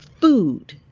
food